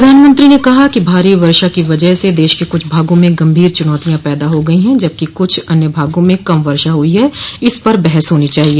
प्रधानमंत्री ने कहा कि भारी वर्षा की वजह से देश के कुछ भागों में गंभीर चुनौतियां पैदा हो गई हैं जबकि कुछ अन्य भागों में कम वर्षा हुई है इस पर बहस होनी चाहिए